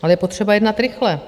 Ale je potřeba jednat rychle.